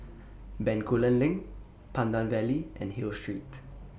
Bencoolen LINK Pandan Valley and Hill Street